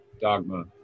Dogma